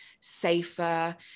safer